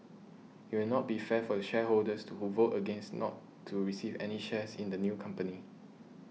it will not be fair for the shareholders to who vote against not to receive any shares in the new company